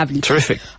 Terrific